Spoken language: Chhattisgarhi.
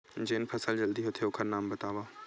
जेन फसल जल्दी होथे ओखर नाम बतावव?